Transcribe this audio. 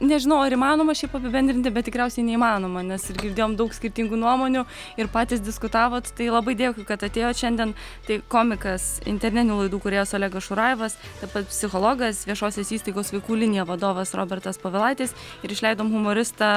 nežinau ar įmanoma šiaip apibendrinti bet tikriausiai neįmanoma nes ir girdėjom daug skirtingų nuomonių ir patys diskutavot tai labai dėkui kad atėjo šiandien tai komikas internetinių laidų kūrėjas olegas šurajevas taip pat psichologas viešosios įstaigos vaikų linija vadovas robertas povilaitis ir išleidom humoristą